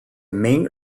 main